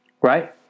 Right